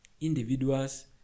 Individuals